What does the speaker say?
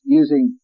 using